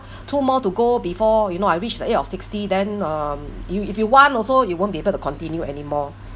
two more to go before you know I reach the year of sixty then um you if you want also you won't be able to continue anymore